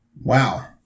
Wow